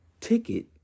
ticket